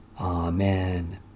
Amen